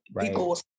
people